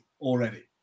already